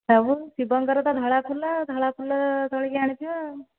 ସବୁ ଶିବଙ୍କର ତ ଧଳା ଫୁଲ ଆଉ ଧଳା ଫୁଲ ତୋଳିକି ଆଣିଥିବ ଆଉ